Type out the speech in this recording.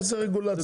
איזו רגולציה?